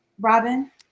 Robin